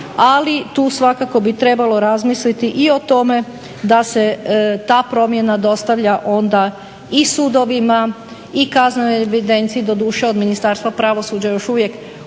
ali tu svakako bi trebalo razmisliti i o tome da se ta promjena dostavlja onda i sudovima i kaznenoj evidenciji. Doduše od Ministarstva pravosuđa još uvijek očekujemo